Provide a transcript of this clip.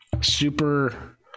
Super